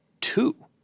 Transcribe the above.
two